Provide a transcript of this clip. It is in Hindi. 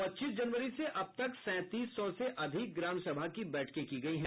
पच्चीस जनवरी से अब तक सैंतीस सौ से अधिक ग्राम सभा की बैठकें की गयी हैं